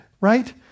right